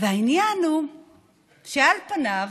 העניין הוא שעל פניו,